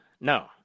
no